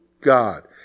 God